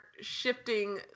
shifting